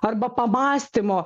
arba pamąstymo